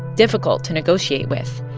difficult to negotiate with,